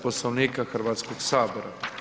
Poslovnika Hrvatskog sabora.